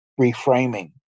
reframing